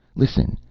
listen,